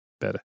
better